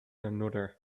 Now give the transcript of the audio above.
another